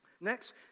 Next